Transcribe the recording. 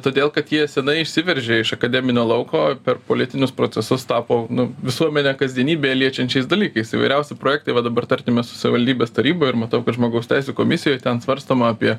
todėl kad jie senai išsiveržė iš akademinio lauko per politinius procesus tapo nu visuomenę kasdienybėje liečiančiais dalykais įvairiausi projektai va dabar tarkim esu savivaldybės taryboj ir matau kad žmogaus teisių komisijoj ten svarstoma apie